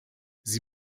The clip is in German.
sie